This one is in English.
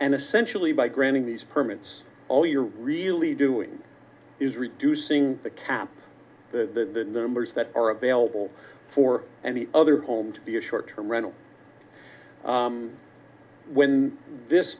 essentially by granting these permits all you're really doing is reducing the cap the numbers that are available for any other home to be a short term rental when this